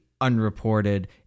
unreported